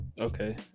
okay